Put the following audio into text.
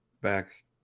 back